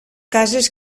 cases